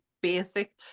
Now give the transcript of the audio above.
basic